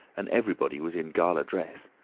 and everybody was in gala dress.